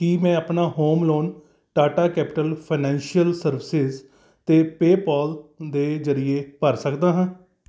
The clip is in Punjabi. ਕੀ ਮੈਂ ਆਪਣਾ home loan Tata Capital Financial Services ਅਤੇ ਪੇਅਪਾਲ ਦੇ ਜ਼ਰੀਏ ਭਰ ਸਕਦਾ ਹਾਂ